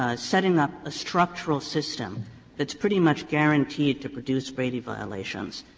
ah setting up a structural system that's pretty much guaranteed to produce brady violations,